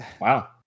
wow